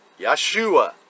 Yeshua